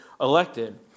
elected